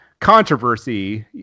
controversy